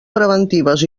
preventives